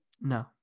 No